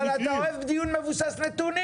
אבל אתה אוהב דיון מבוסס נתונים.